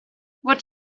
what